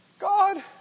God